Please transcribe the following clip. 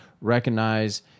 recognize